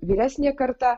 vyresnė karta